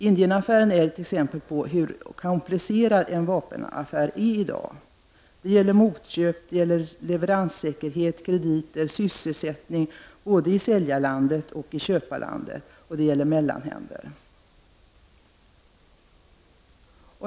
Indienaffären är ett exempel på hur komplicerad en vapenaffär är i dag. Det gäller motköp, leveranssäkerhet, krediter, sysselsättning både i säljarlandet och i köparlandet liksom också mellanhänder.